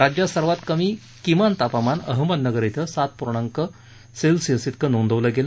राज्यात सर्वात कमी किमान तापमान अहमदनगर इथं सात पूर्णांक सेल्सिअस इतकं नोंदवलं गेलं